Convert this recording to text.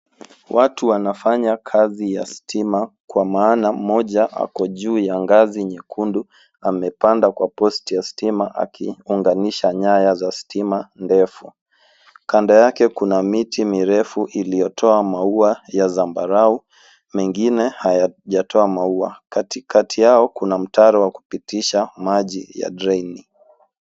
Watu wanafanya kazi ya stima, kwa maana, mmoja ako juu ya ngazi nyekundu amepanda kwa posti ya stima akiunganisha nyaya za stima ndefu. Kando yake kuna miti mirefu iliyotoa maua ya zambarau, mengine hayajatoa maua. Katikati yao, kuna mtaro wa kupitisha maji ya dreni.